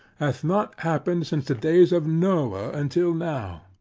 hath not happened since the days of noah until now.